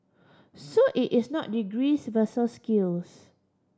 so it is not degrees versus skills